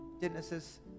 Genesis